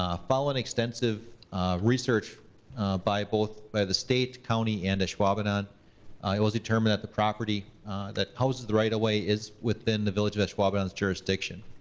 um following extensive research by both the state, county, and ashwaubenon it was determined that the property that houses the right away is within the village of ashwaubenon's jurisdiction.